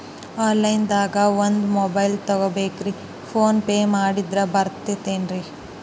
Online ದಾಗ ಒಂದ್ mobile ತಗೋಬೇಕ್ರಿ ಫೋನ್ ಪೇ ಮಾಡಿದ್ರ ಬರ್ತಾದೇನ್ರಿ?